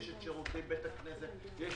יש בית כנסת, יש